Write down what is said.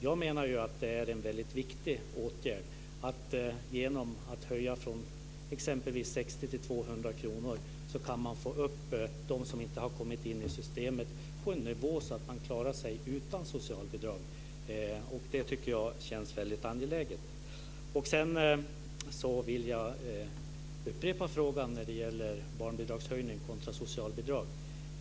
Jag menar att det är viktigt att genom en höjning från exempelvis 60 kr till 200 kr få upp dem som inte har kommit in i systemet på en nivå där de klarar sig utan socialbidrag. Jag tycker att detta känns väldigt angeläget. Jag upprepar min fråga om barnbidragshöjning kontra socialbidrag.